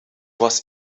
was